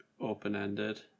open-ended